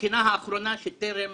הבחינה האחרונה שטרם